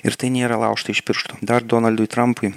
ir tai nėra laužta iš piršto dar donaldui trumpui